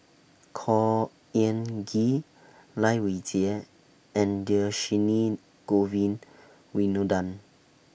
Khor Ean Ghee Lai Weijie and Dhershini Govin Winodan